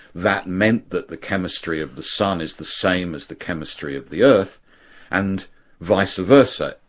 that meant that the chemistry of the sun is the same as the chemistry of the earth and vice-versa.